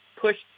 pushed